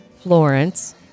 Florence